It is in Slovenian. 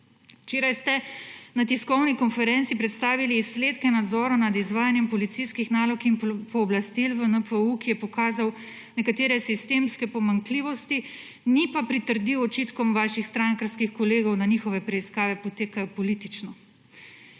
Včeraj ste na tiskovni konferenci predstavili izsledke nadzora nad izvajanjem policijskih nalog in pooblastil v NPU, ki je pokazal nekatere sistemske pomanjkljivosti, ni pa pritrdil očitkom vašim strankarskih kolegov, da njihove preiskave potekajo politično.